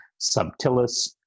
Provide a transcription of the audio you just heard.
subtilis